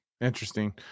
Interesting